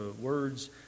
words